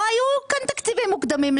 לא היו כאן תקציבים מוקדמים.